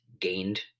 gained